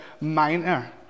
Minor